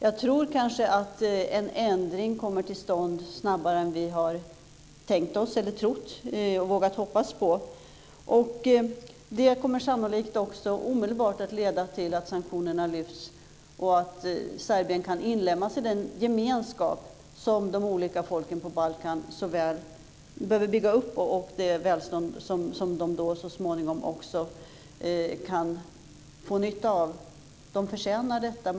Jag tror att en ändring kommer till stånd snabbare än vad vi har tänkt oss eller har vågat hoppas på. Det kommer sannolikt omedelbart att leda till att sanktionerna lyfts och att Serbien kan inlemmas i den gemenskap som de olika folken på Balkan så väl behöver bygga upp och få nytta av. De förtjänar detta.